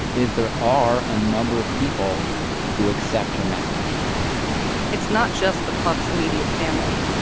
is there are a number of people who accept her message it's not just the puf's immediate family.